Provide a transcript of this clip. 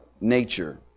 nature